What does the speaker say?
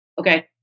Okay